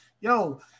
Yo